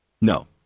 No